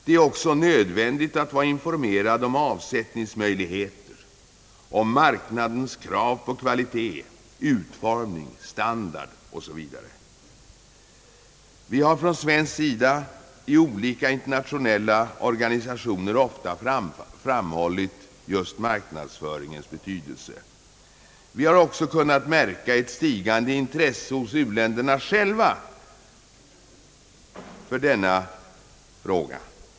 Det är också nödvändigt att vara informerad om avsättningsmöjligheter, om marknadernas krav på kvalitet, utformning, standard osv. Vi har från svensk sida i olika internationella organisationer ofta framhållit just marknadsföringens betydelse. Vi har också kunnat märka ett stigande intresse hos u-länderna själva för denna fråga.